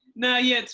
nah yeah,